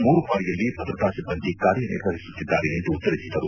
ಮೂರು ಪಾಳಿಯಲ್ಲಿ ಭದ್ರತಾ ಸಿಬ್ಬಂದಿ ಕಾರ್ಯನಿರ್ವಹಿಸುತ್ತಿದ್ದಾರೆ ಎಂದು ತಿಳಿಸಿದರು